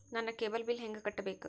ನನ್ನ cable bill ಹೆಂಗ ಕಟ್ಟಬೇಕು?